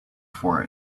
for